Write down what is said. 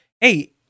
hey